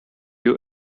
you